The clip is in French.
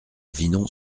vinon